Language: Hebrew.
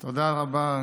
תודה רבה.